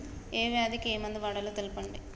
ఏ వ్యాధి కి ఏ మందు వాడాలో తెల్పండి?